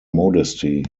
modesty